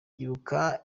ibuka